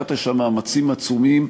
והשקעת שם מאמצים עצומים,